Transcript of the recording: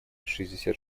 шестьдесят